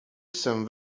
jsem